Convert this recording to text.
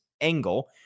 angle